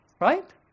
Right